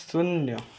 ଶୂନ